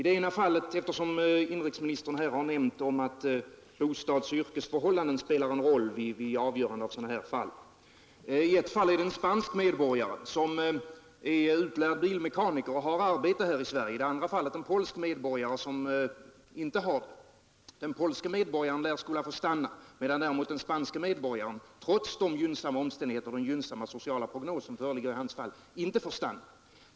Det ena fallet gäller — jag säger detta särskilt som inrikesministern här nämnt att bostadsoch yrkesförhållanden spelar en roll vid avgörandet av sådana här ärenden — en spansk medborgare som är utlärd bilmekaniker och har arbete här i Sverige. Det andra fallet gäller en polsk medborgare som inte har arbete. Den polske medborgaren lär skola få stanna, medan däremot den spanske medborgaren, trots den gynnsamma sociala prognos som föreligger i hans fall, inte får stanna.